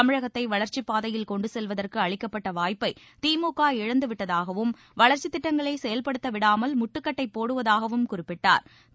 தமிழகத்தை வளர்ச்சிப் பாதையில் கொண்டுச் செல்வதற்கு அளிக்கப்பட்ட வாய்ப்பை திமுக இழந்து விட்டதாகவும் வளர்ச்சித் திட்டங்களை செயல்படுத்த விடாமல் முட்டுக்கட்டை போடுவதாகவும் குறிப்பிட்டா்